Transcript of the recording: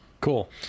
cool